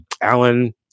Alan